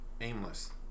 aimless